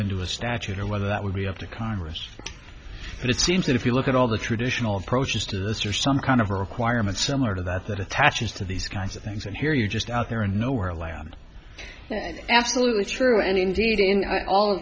the statute or whether that would be up to congress but it seems that if you look at all the traditional approaches to this or some kind of her requirement similar to that attaches to these kinds of things and here you just out there and know where lamb absolutely true and indeed all